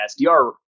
SDR